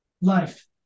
life